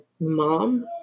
mom